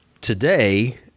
today